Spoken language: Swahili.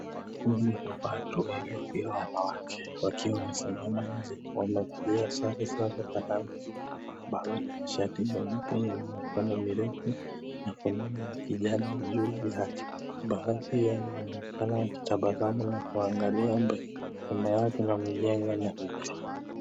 Kundi la watu wengi wakiwa wanawake wakiwa wamesimama nje wamevalia sare zinazofanana ambazo ni mashati meupe yenye mikono mirefu na fulana ya kijani juu yake. Baadhi yao wanaonekana wakitabasamu na kuangalia mbele. Nyuma yao kuna mjengo na miti.